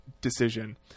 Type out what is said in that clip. decision